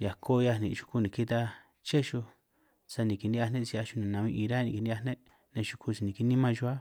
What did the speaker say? hiako 'hiaj nin' xuku niki ta ché xuj, sani kini'hiaj ne' si 'hia xuj ni nabin 'í ruhua ne' kini'hiaj xuj si niki nimán xuj áj.